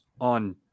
on